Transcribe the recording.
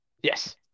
Yes